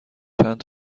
چند